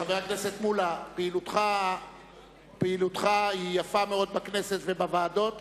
חבר הכנסת מולה, פעילותך יפה מאוד בכנסת ובוועדות.